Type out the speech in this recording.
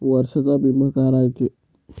वर्षाचा बिमा रायते का?